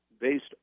based